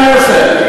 ב"דברי הכנסת".